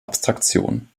abstraktion